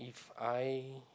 I